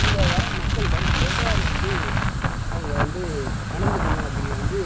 அங்கே வர மக்களிடம் எவ்வாறு வந்து அவங்க வந்து நடந்துக்கணும் அப்படிங்கிற வந்து